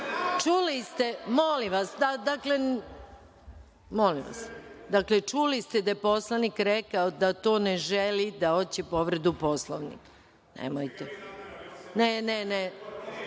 ste, molim vas. Čuli ste da je poslanik rekao da to ne želi, da hoće povredu Poslovnika. Nemojte.(Zoran